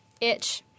itch